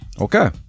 Okay